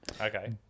Okay